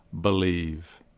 Believe